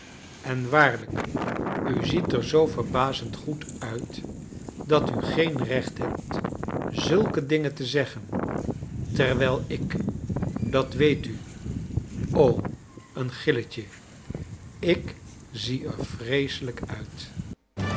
en waarlfjk u ziet er zoo verbazend goed uit dat u geen recht hebt zulke dingen te zeggen terwijl ik dat weet u o i een gilcharles dickens letje ik zie er vreeselijk uit